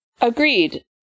Agreed